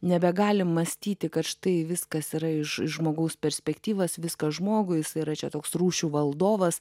nebegalim mąstyti kad štai viskas yra iš iš žmogaus perspektyvos viskas žmogui jis yra čia toks rūšių valdovas